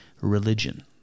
religion